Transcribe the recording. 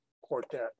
Quartet